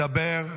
מדבר,